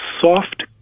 soft